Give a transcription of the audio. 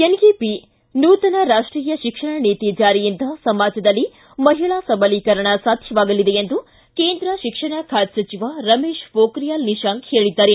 NEP ನೂತನ ರಾಷ್ವೀಯ ಶಿಕ್ಷಣ ನೀತಿ ಜಾರಿಯಿಂದ ಸಮಾಜದಲ್ಲಿ ಮಹಿಳಾ ಸಬಲೀಕರಣ ಸಾಧ್ಜವಾಗಲಿದೆ ಎಂದು ಕೇಂದ್ರ ಶಿಕ್ಷಣ ಖಾತೆ ಸಚಿವ ರಮೇಶ್ ಮೋಬ್ರಿಯಾಲ್ ನಿಶಾಂಕ್ ಹೇಳಿದ್ದಾರೆ